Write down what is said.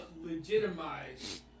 legitimize